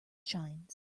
shines